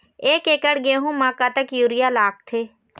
एक एकड़ गेहूं म कतक यूरिया लागथे?